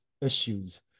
issues